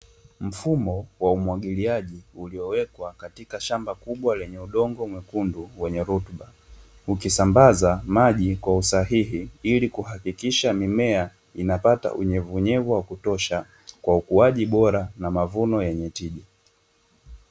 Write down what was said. Mfumo wa umwagiliaji uliowekwa katika shamba kubwa lenye udongo mwekundu wenye rutuba, ukisambaza maji kwa usahihi, ili kuhakikisha mimea inapata unyevunyevu wa kutosha, kwa ukuaji bora na mavuno yenye tija.